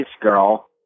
girl